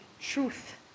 truth